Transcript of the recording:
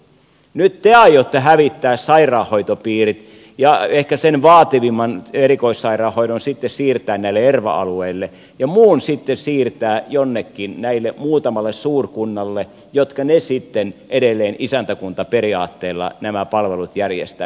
nyt te aiotte hävittää sairaanhoitopiirit ja ehkä sen vaativimman erikoissairaanhoidon sitten siirtää näille erva alueille ja muun sitten siirtää jonnekin näistä muutamista suurkunnista jotka sitten edelleen isäntäkuntaperiaatteella nämä palvelut järjestäisivät